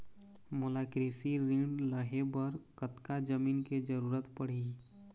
मोला कृषि ऋण लहे बर कतका जमीन के जरूरत पड़ही?